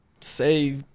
say